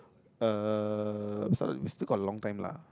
uh I'm sorry we still got long time lah